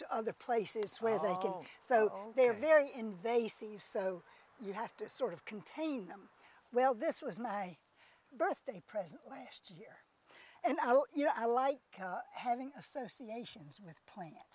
to other places where they go so they're very invasive so you have to sort of contain them well this was my birthday present and i you know i like having associations with plant